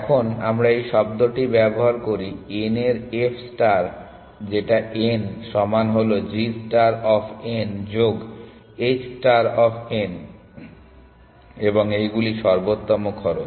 এখন আমরা এই শব্দটি ব্যবহার করি n এর f স্টার যেটা n সমান হলো g স্টার অফ n যোগ h ষ্টার অফ n এবং এইগুলি সর্বোত্তম খরচ